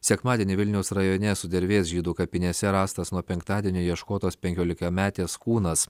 sekmadienį vilniaus rajone sudervės žydų kapinėse rastas nuo penktadienio ieškotos penkiolikametės kūnas